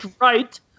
right